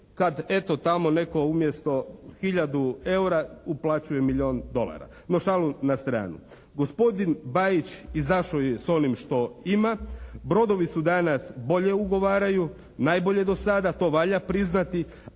kad eto tamo netko umjesto hiljadu eura uplaćuje milijun dolara. No šalu na stranu. Gospodin Bajić izašao je sa onim što ima. Brodovi se danas bolje ugovaraju, najbolje do sada, to valja priznati.